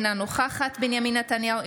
אינה נוכחת בנימין נתניהו,